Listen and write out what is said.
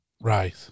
Right